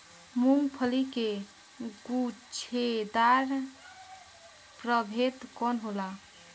मूँगफली के गुछेदार प्रभेद कौन होला?